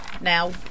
now